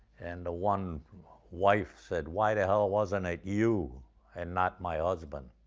and the one wife said, why the hell wasn't it you and not my husband?